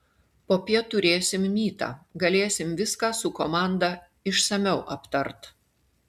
popiet turėsim mytą galėsim viską su komanda išsamiau aptart